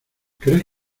crees